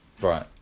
Right